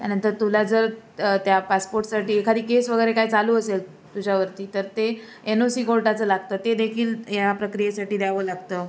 त्यानंतर तुला जर त्या पासपोर्टसाठी एखादी केस वगैरे काही चालू असेल तुझ्यावरती तर ते एनोसी कोर्टाचं लागतं ते देखील या प्रक्रियेसाठी द्यावं लागतं